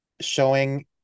showing